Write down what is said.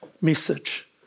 message